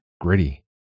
gritty